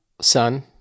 Son